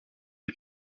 des